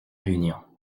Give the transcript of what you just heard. réunion